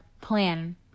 plan